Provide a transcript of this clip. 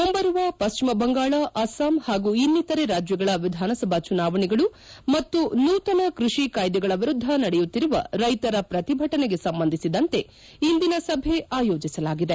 ಮುಂಬರುವ ಪ್ಲಿಮ ಬಂಗಾಳ ಅಸ್ಲಾಂ ಹಾಗೂ ಇನ್ನಿತರೆ ರಾಜ್ಯಗಳ ವಿಧಾನಸಭಾ ಚುನಾವಣೆಗಳು ಮತ್ತು ನೂತನ ಕ್ಲಷಿ ಕಾಯ್ಲೆಗಳ ವಿರುದ್ದ ನಡೆಯುತ್ತಿರುವ ರೈತರ ಪ್ರತಿಭಟನೆಗೆ ಸಂಬಂಧಿಸಿದಂತೆ ಇಂದಿನ ಸಭೆ ಆಯೋಜಿಸಲಾಗಿದೆ